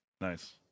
Nice